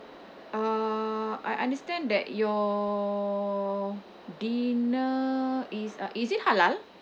uh I understand that your dinner is uh is it halal